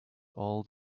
all